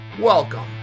welcome